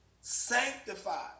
sanctified